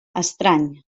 estrany